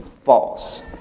false